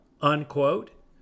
unquote